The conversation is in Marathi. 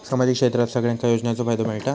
सामाजिक क्षेत्रात सगल्यांका योजनाचो फायदो मेलता?